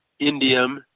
indium